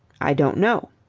i don't know.